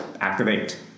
activate